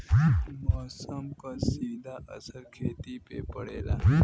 मौसम क सीधा असर खेती पे पड़ेला